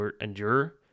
endure